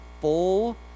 full